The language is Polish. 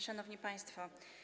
Szanowni Państwo!